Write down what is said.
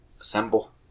assemble